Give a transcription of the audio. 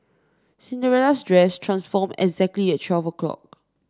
Cinderella's dress transformed exactly at twelve o'clock